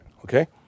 Okay